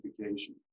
identification